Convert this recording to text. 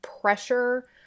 pressure